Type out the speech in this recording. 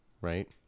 Right